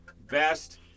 Best